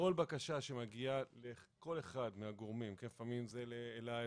כל בקשה שמגיעה לכל אחד מהגורמים לפעמים זה אלי,